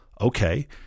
Okay